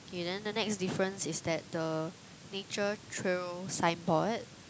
Kay then the next difference is that the nature trail signboard